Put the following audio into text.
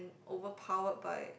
overpowered by